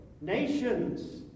Nations